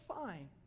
fine